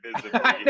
visibly